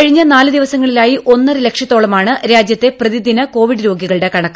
കഴിഞ്ഞ നാലു ദിവസങ്ങളിലായി ഒന്നര ലക്ഷത്തോളമാണ് രാജ്യത്തെ പ്രതിദിന കോവിഡ് രോഗികളുടെ കണക്ക്